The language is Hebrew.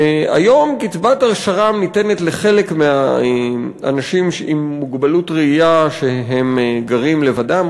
היום קצבת השר"מ ניתנת לחלק מהאנשים עם מוגבלות ראייה שגרים לבדם,